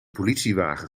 politiewagen